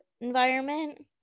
environment